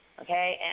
okay